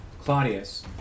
Claudius